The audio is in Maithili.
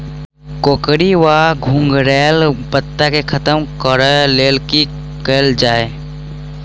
कोकरी वा घुंघरैल पत्ता केँ खत्म कऽर लेल की कैल जाय?